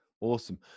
Awesome